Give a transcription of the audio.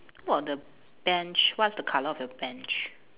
how about the bench what's the colour of your bench